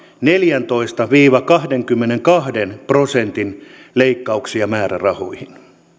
neljäntoista viiva kahdenkymmenenkahden prosentin leikkauksia määrärahoihin